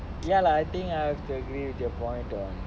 ya lah I think I have to agree with your point on